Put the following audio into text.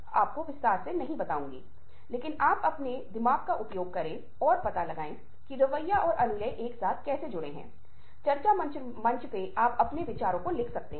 यह महसूस करने के बाद अब हमें पहले यह पता लगाने दें कि वास्तव में वह क्या है जिसका हम उपयोग करते हैं हम किन चीजों के लिए सुनते हैं